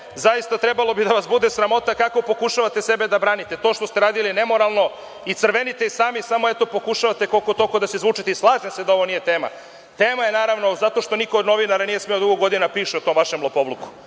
zaista bi trebalo da vas bude sramota kako pokušavate sebe da branite. To što ste radili je nemoralno i crvenite sami, ali eto pokušavate koliko toliko da se izvučete. Slažem se da to nije tema. Tema je, naravno, zato što niko od novinara nije smeo dugo godina da piše o tom vašem lopovluku.